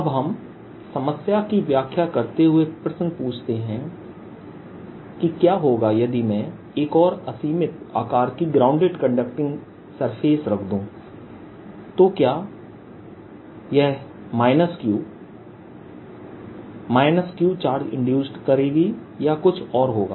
अब हम समस्या की व्याख्या करते हुए प्रश्न पूछते हैं कि क्या होगा यदि मैं एक और असीमित आकार की ग्राउंडेड कंडक्टिंग सरफेस रख दूं तो क्या यह minus Q Q charge induce करेगी या कुछ और होगा